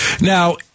Now